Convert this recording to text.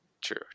True